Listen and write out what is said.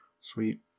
Sweet